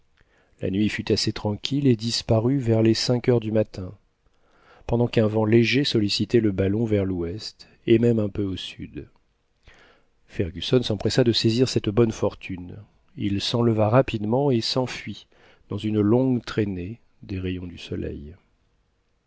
la nuit fut assez tranquille et disparut vers les cinq heures du matin pendant qu'un vent léger sollicitait le ballon vers l'ouest et même un peu au sud fergusson s'empressa de saisir cette bonne fortune il s'enleva rapidement et s'enfuit dans une longue traînée des rayons du soleil